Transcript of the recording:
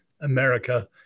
America